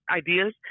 ideas